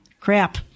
crap